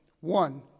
One